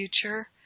future